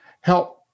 help